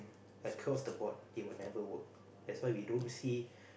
across the board it will never work that's why we don't see